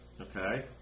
Okay